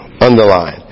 Underline